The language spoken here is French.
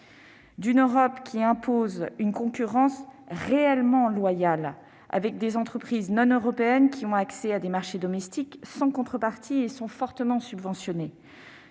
une Europe qui impose une concurrence réellement loyale, à l'heure où des entreprises non européennes accèdent à des marchés domestiques sans contrepartie et sont fortement subventionnées.